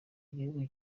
ibihugu